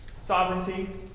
Sovereignty